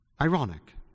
Ironic